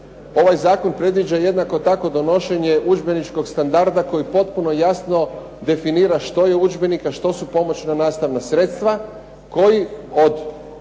ovaj zakon jednako tako predviđa donošenje udžbeničkog standarda koji potpuno jasno definira što je udžbenik, a što su pomoćna nastavna sredstva koji do